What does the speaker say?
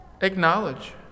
acknowledge